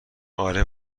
آره